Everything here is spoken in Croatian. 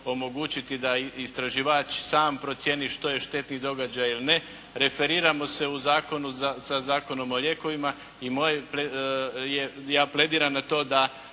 omogućiti da istraživač sam procjeni što je štetni događaj ili ne. Referiramo se u zakonu sa Zakonom o lijekovima i ja aplediram na to da